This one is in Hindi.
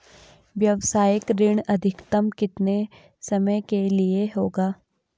व्यावसायिक ऋण अधिकतम कितने समय के लिए होगा?